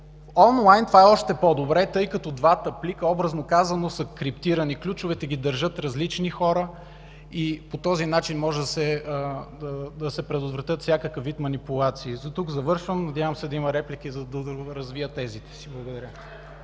Онлайн това е още по-добре, тъй като двата плика, образно казано, са криптирани – ключовете ги държат различни хора и по този начин могат да се предотвратят всякакъв вид манипулации. Дотук завършвам. Надявам се да има реплики, за да доразвия тезите си. Благодаря.